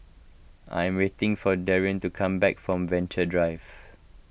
I am waiting for Darrion to come back from Venture Drive